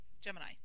Gemini